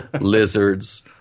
lizards